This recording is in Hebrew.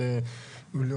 אבל לעומת,